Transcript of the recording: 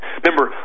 Remember